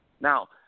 Now